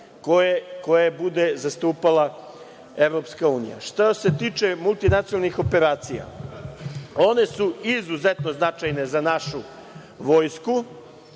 koje bude zastupala EU.Što se tiče multinacionalnih operacija, one su izuzetno značajne za našu vojsku